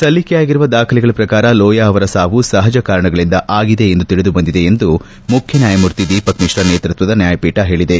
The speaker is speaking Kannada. ಸಲ್ಲಿಕೆಯಾಗಿರುವ ದಾಖಲೆಗಳ ಪ್ರಕಾರ ಲೋಯಾ ಅವರ ಸಾವು ಸಹಜ ಕಾರಣಗಳಿಂದ ಆಗಿದೆ ಎಂದು ತಿಳಿದುಬಂದಿದೆ ಎಂದು ಮುಖ್ಯ ನ್ಲಾಯಮೂರ್ತಿ ದೀಪಕ್ ಮಿಶ್ರಾ ನೇತೃತ್ವದ ನ್ಲಾಯಪೀಠ ಹೇಳಿದೆ